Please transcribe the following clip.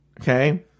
okay